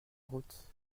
route